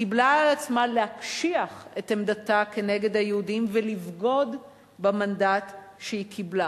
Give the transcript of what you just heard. קיבלה על עצמה להקשיח את עמדתה כנגד היהודים ולבגוד במנדט שהיא קיבלה.